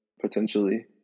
potentially